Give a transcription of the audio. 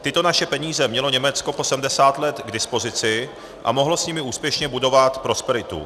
Tyto naše peníze mělo Německo po 70 let k dispozici a mohlo s nimi úspěšně budovat prosperitu.